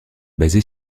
basée